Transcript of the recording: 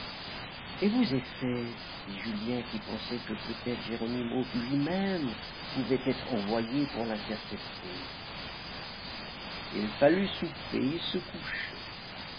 et vos effets dit julien qui pensait que peut-être geronimo lui-même pouvait être envoyé pour l'intercepter il fallut souper et se coucher